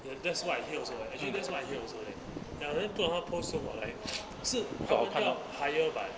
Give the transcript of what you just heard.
and that's what I hear also eh actually that's what I hear also leh ya then two of them post 时我来是 common 要 hire by